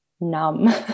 numb